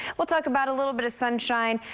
we'll talk about a little bit of sunshine.